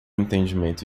entendimento